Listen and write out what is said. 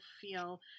feel